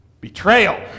Betrayal